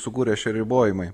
sukūrė šie ribojimai